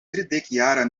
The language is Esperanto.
tridekjara